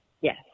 Yes